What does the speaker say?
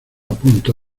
punta